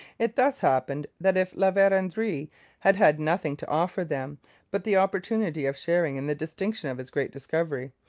it thus happened that if la verendrye had had nothing to offer them but the opportunity of sharing in the distinction of his great discovery,